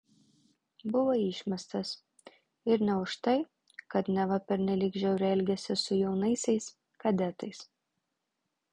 buvo išmestas ir ne už tai kad neva pernelyg žiauriai elgėsi su jaunaisiais kadetais